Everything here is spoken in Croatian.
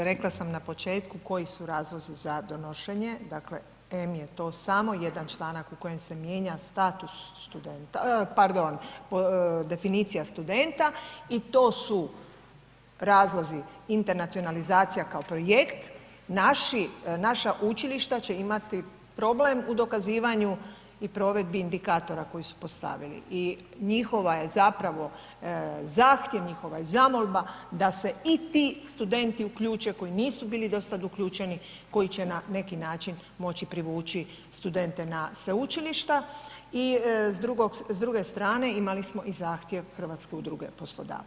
Dakle, rekla sam na početku koji su razlozi za donošenje, dakle em je to samo jedan članak u kojem se mijenja status studenta, pardon definicija studenta i to su razlozi internacionalizacije kao projekt, naša učilišta će imati problem u dokazivanju i provedbi indikatora koji su postavili i njihova je zapravo zahtjev, njihova je zamolba da se i ti studenti uključe koji nisu bili do sad uključeni, koji će na neki način moći privući studente na sveučilišta i s druge strane, imali smo i zahtjev Hrvatske udruge poslodavaca.